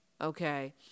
okay